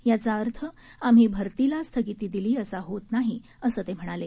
याचा अर्थ आम्ही भरतीला स्थगिती दिली असा होत नाही असं ते म्हणाले